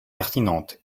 pertinente